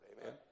Amen